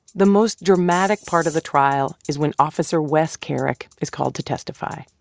the most dramatic part of the trial is when officer wes kerrick is called to testify.